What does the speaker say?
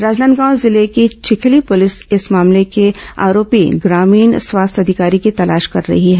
राजनांदगांव जिले की चिखली पुलिस इस मामले के आरोपी ग्रामीण स्वास्थ्य अधिकारी की तलाश कर रही है